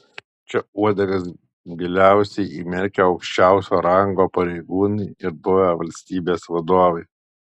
čia uodegas giliausiai įmerkę aukščiausio rango pareigūnai ir buvę valstybės vadovai